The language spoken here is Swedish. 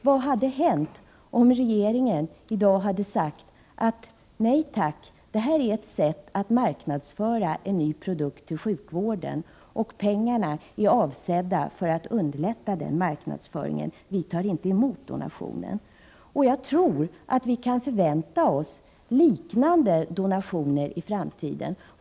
Vad hade hänt om regeringen i dag sagt: Nej tack, det här är ett sätt att marknadsföra en ny produkt inom sjukvården, och pengarna är avsedda för att underlätta den marknadsföringen -— vi tar inte emot donationen. Jag tror att vi kan förvänta oss liknande donationer i framtiden.